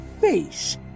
face